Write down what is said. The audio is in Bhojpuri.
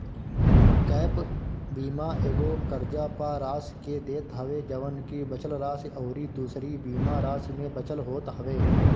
गैप बीमा एगो कर्जा पअ राशि के देत हवे जवन की बचल राशि अउरी दूसरी बीमा राशि में बचल होत हवे